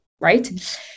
right